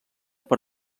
per